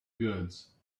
goods